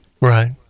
Right